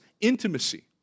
Intimacy